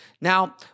Now